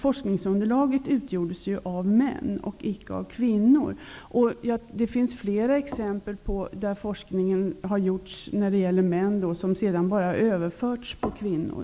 Forskningsunderlaget utgjordes av män och icke av kvinnor. Det finns flera exempel på att man har kommit fram till resultat där forskningsunderlaget har varit män och sedan bara överfört resultaten till kvinnor.